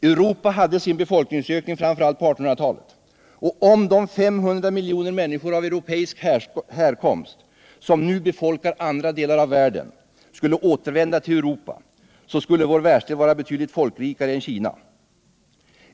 Europa hade sin befolkningsökning framför allt på 1800-talet. Om de 500 miljoner människor av europeisk härkomst som nu befolkar andra delar av världen skulle återvända till Europa skulle vår världsdel vara betydligt folkrikare än Kina.